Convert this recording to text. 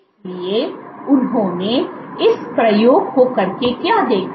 इसलिए उन्होंने इस प्रयोग को करके क्या देखा